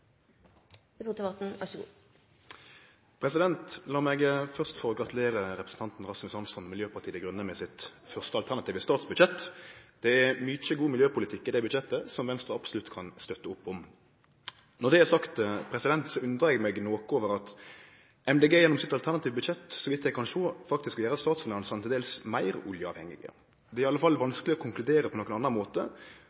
årene framover. Så tar jeg opp Miljøpartiet De Grønnes forslag til rammevedtak, i tråd med vårt alternative statsbudsjett. Representanten Rasmus Hansson har tatt opp det forslaget som han refererte til. Det blir replikkordskifte. Lat meg først få gratulere representanten Rasmus Hansson og Miljøpartiet Dei Grøne med sitt første alternative statsbudsjett. Det er mykje god miljøpolitikk i det budsjettet som Venstre absolutt kan støtte opp om. Når det er sagt, undrar eg meg noko over at MDG gjennom sitt alternative budsjett så